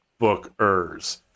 bookers